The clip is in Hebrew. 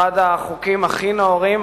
אחד החוקים הכי נאורים,